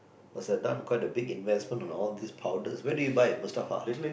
must have done quite a big investment on all these powders where do buy Mustafa